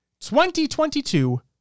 2022